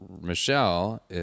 Michelle